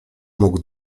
mógł